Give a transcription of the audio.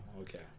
okay